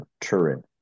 turin